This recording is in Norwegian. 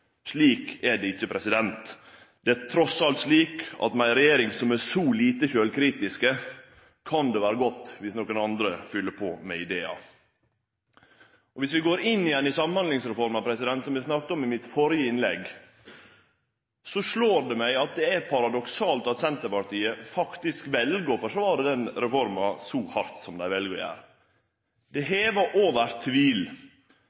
Slik er det ikkje. Det er trass i alt slik at med ei regjering som er så lite sjølvkritisk, kan det vere godt dersom nokon andre fyller på med idear. Dersom vi går inn i Samhandlingsreforma igjen, som eg snakka om i mitt førre innlegg, slår det meg at det er paradoksalt at Senterpartiet faktisk vel å forsvare den reforma så hardt som dei gjer. Det er heva over tvil